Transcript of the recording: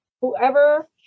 whoever